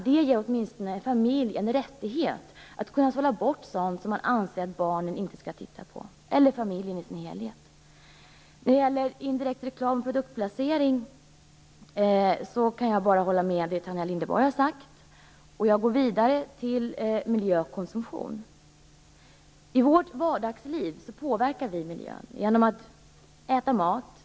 Det ger åtminstone en familj en rättighet att kunna sålla bort sådant som man anser att barnen, eller familjen i sin helhet, inte skall titta på. När det gäller indirekt reklam vid produktplacering kan jag bara hålla med Tanja Linderborg. Jag går därmed vidare till frågor om miljö och konsumtion. I vårt vardagsliv påverkar vi miljön.